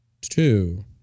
Two